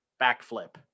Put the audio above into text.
backflip